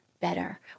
better